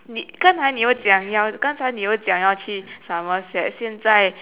你刚才你又讲要刚才你又讲要去 somerset 现在